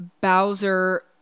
Bowser